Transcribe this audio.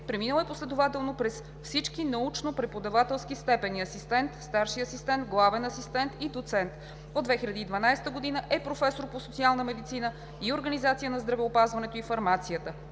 Преминал е последователно през всички научно-преподавателски степени – асистент, старши асистент, главен асистент и доцент. От 2012 г. е професор по социална медицина и организация на здравеопазването и фармацията.